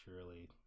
surely